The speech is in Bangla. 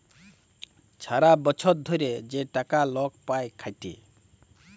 ছারা বচ্ছর ধ্যইরে যে টাকা লক পায় খ্যাইটে